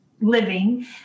living